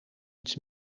iets